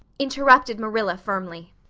interrupted marilla firmly,